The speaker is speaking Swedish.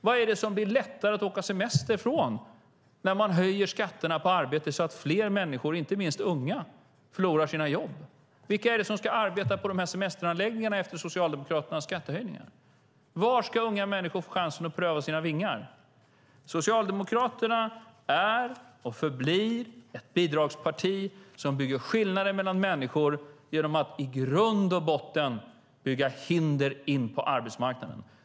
Blir det lättare att åka på semester när man höjer skatterna på arbete så att fler människor, inte minst unga, förlorar sina jobb? Vilka är det som ska arbeta på de här semesteranläggningarna efter Socialdemokraternas skattehöjningar? Var ska unga människor få chansen att pröva sina vingar? Socialdemokraterna är och förblir ett bidragsparti som bygger skillnader mellan människor genom att i grund och botten bygga hinder in på arbetsmarknaden.